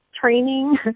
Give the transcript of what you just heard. training